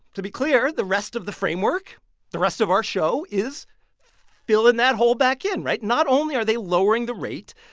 to be clear, the rest of the framework the rest of our show is filling that hole back in. right? not only are they lowering the rate,